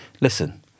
listen